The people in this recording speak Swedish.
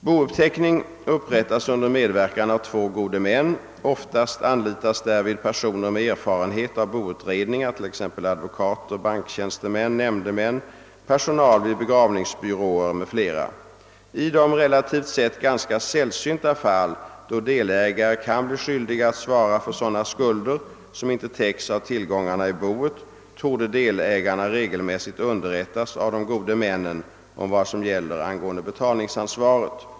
Bouppteckning upprättas under medverkan av två gode män. Oftast anlitas därvid personer med erfarenhet av bo utredningar, t.ex. advokater, banktjänstemän, nämndemän, personal vid begravningsbyråer m.fl. I de relativt sett ganska sällsynta fall, då delägare kan bli skyldiga att svara för sådana skulder som inte täcks av tillgångarna i boet, torde delägarna regelmässigt underrättas av de gode männen om vad som gäller angående betalningsansvaret.